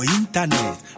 internet